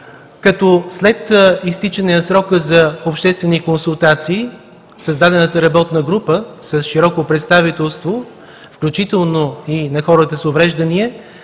След изтичане на срока за обществени консултации, създадената работна група с широко представителство, включително и на хората с увреждания,